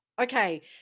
okay